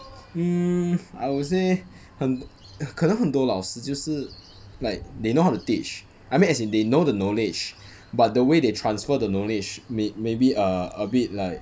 hmm I would say 很可能很多老师就是 like they know how to teach I mean as in they know the knowledge but the way they transfer the knowledge may maybe err a bit like